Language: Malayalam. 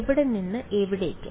എവിടെ നിന്ന് എവിടേക്ക്